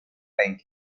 bänke